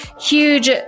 huge